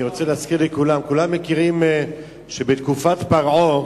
אני רוצה להזכיר לכולם: כולם מכירים ויודעים שבתקופת פרעה,